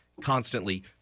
Constantly